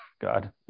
God